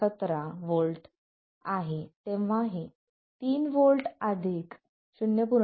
17 V तेव्हा हे 3 V 0